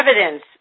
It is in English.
evidence